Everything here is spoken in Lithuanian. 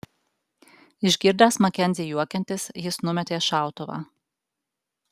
išgirdęs makenzį juokiantis jis numetė šautuvą